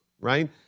right